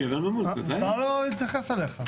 מותר לו להתייחס אליך.